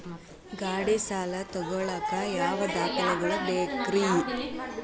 ಗಾಡಿ ಸಾಲ ತಗೋಳಾಕ ಯಾವ ದಾಖಲೆಗಳ ಬೇಕ್ರಿ?